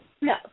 No